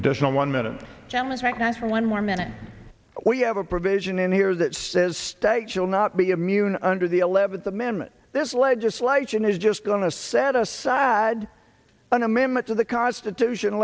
additional one minute down the track not one more minute we have a provision in here that says states will not be immune under the eleventh amendment this legislation is just going to set aside an amendment to the constitution